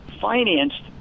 financed